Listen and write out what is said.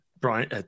Brian